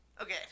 Okay